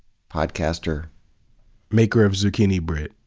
podcaster maker of zucchini bread.